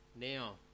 now